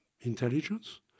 intelligence